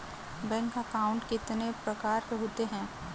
Bank account कितने प्रकार के होते हैं?